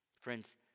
Friends